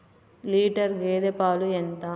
Litre గేదె పాలు ఎంత?